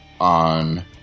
on